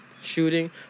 Shooting